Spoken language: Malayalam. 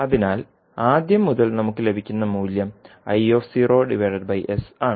അതിനാൽ ആദ്യം മുതൽ നമുക്ക് ലഭിക്കുന്ന മൂല്യം ആണ്